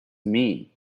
mean